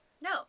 No